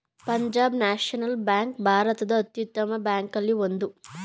Punjab National Bank ಭಾರತದ ಅತ್ಯುತ್ತಮ ಬ್ಯಾಂಕಲ್ಲಿ ಒಂದು